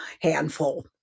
handful